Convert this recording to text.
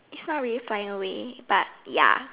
it's not really flying away but ya